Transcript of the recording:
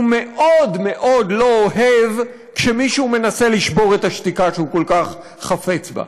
הוא מאוד מאוד לא אוהב כשמישהו מנסה לשבור את השתיקה שהוא כל כך חפץ בה.